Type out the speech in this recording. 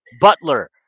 Butler